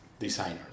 Designers